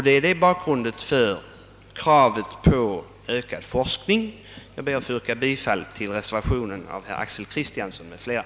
Detta är bakgrunden till kravet på en ökad forskning på detta område. Jag ber att få yrka bifall till reservationen av herr Axel Kristiansson m.fl.